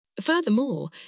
Furthermore